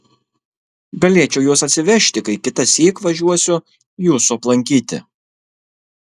galėčiau juos atsivežti kai kitąsyk važiuosiu jūsų aplankyti